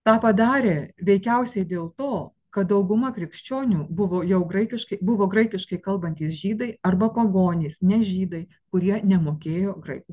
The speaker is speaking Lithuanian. tą padarė veikiausiai dėl to kad dauguma krikščionių buvo jau graikiškai buvo graikiškai kalbantys žydai arba pagonys ne žydai kurie nemokėjo graikų